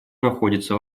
находится